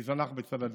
ולהיזנח בצד הדרך.